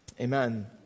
Amen